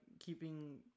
keeping